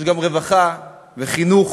יש גם רווחה וחינוך,